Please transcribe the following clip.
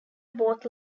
both